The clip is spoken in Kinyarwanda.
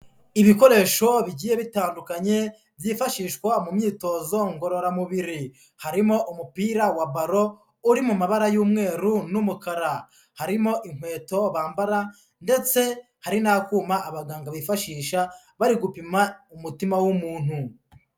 Ibikoresho bigiye bitandukanye byifashishwa mu myitozo ngororamubiri, harimo umupira wa baro uri mu mabara y'umweru n'umukara, harimo inkweto bambara ndetse hari n'akuma abaganga bifashisha bari gupima umutima w'umuntu.